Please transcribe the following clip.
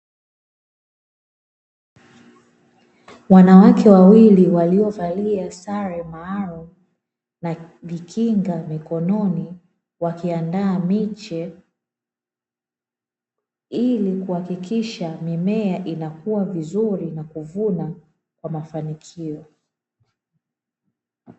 Wanawake wawili waliovalia sare maalumu na kinga mikononi, wakiandaa miche ili kuhakikisha mimea inakua vizuri na kuvunwa kwa mafanikio.